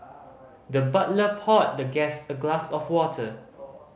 the butler poured the guest a glass of water